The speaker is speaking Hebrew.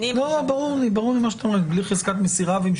ניתן להגיע לרמת סמך הרבה יותר גבוהה מהדואר הפיזי וזה המקור של